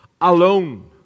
alone